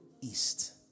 east